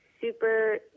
Super